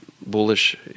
bullish